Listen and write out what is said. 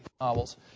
novels